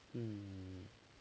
um